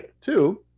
Two